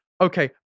Okay